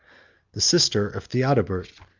the sister of theodebert,